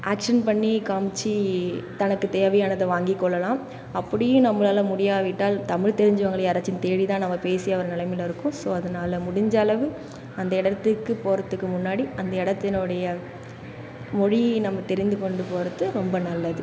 action பண்ணி காமிச்சு தனக்கு தேவையானதை வாங்கிக் கொள்ளலாம் அப்படியும் நம்மளால் முடியாவிட்டால் தமிழ் தெரிஞ்சவங்களை யாராச்சும் தேடிதான் நம்ம பேசி அந்த நிலைமையிலிருக்கோம் ஸோ அதனால் முடிஞ்சளவு அந்த இடத்துக்கு போகிறத்துக்கு முன்னாடி அந்த இடத்தினுடைய மொழி நம்ம தெரிந்து கொண்டு போவது ரொம்ப நல்லது